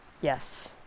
yes